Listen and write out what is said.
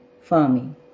farming